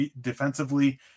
defensively